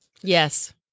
Yes